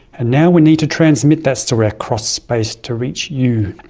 and now we need to transmit that story across space to reach you.